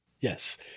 Yes